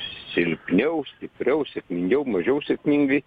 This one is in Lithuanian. silpniau stipriau sėkmingiau mažiau sėkmingai